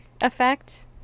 effect